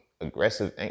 aggressive